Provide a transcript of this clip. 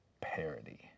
parody